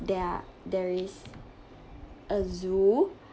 there're there is a zoo